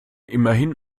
immerhin